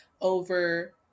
over